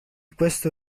questo